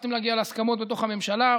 הצלחתם להגיע להסכמות בתוך הממשלה,